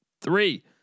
three